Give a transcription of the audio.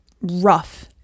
rough